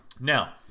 now